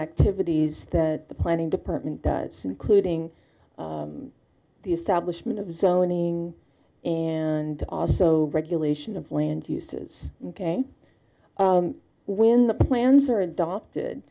activities that the planning department does include ing the establishment of zoning and also regulation of land uses when the plans are adopted